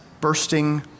bursting